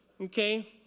Okay